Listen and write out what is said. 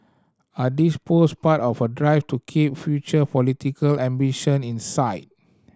are these post part of a drive to keep future political ambition in sight